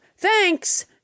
Thanks